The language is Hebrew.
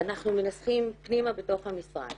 אנחנו מנסחים פנימה בתוך המשרד.